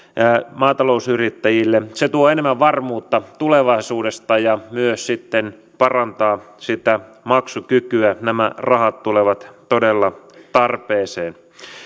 maatalousyrittäjille se tuo enemmän varmuutta tulevaisuudesta ja myös sitten parantaa sitä maksukykyä nämä rahat tulevat todella tarpeeseen